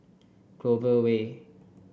Clover Way